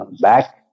back